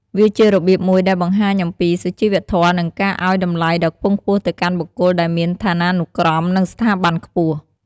វាជារបៀបមួយដែលបង្ហាញអំពីសុជីវធម៌ និងការអោយតម្លៃដ៏ខ្ពង់ខ្ពស់ទៅកាន់បុគ្គលដែលមានឋានានុក្រម និងស្ថាប័នខ្ពស់។